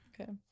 Okay